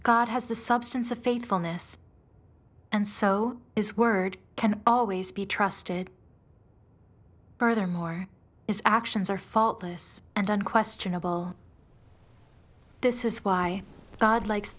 god has the substance of faithfulness and so his word can always be trusted furthermore is actions are faultless and unquestionable this is why god likes